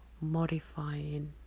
modifying